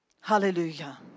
Hallelujah